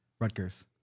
Rutgers